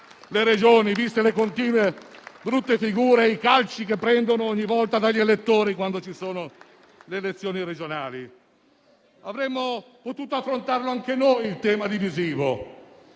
viste le continue brutte figure e i calci che prendono ogni volta dagli elettori, quando ci sono le elezioni regionali. Avremmo potuto affrontare anche noi un tema divisivo: